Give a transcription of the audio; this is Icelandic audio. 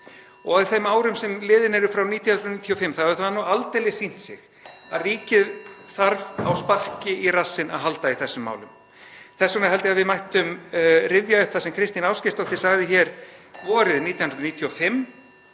Á þeim árum sem liðin eru frá 1995 (Forseti hringir.) þá hefur það nú aldeilis sýnt sig að ríkið þarf á sparki í rassinn að halda í þessum málum. Þess vegna held ég að við mættum rifja upp það sem Kristín Ásgeirsdóttir sagði hér vorið 1995,